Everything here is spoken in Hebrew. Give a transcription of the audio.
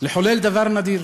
לחולל דבר נדיר,